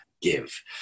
give